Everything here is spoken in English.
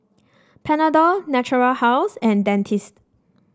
Panadol Natura House and Dentiste